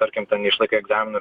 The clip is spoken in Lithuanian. tarkim tu neišlaikai egzamino